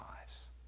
lives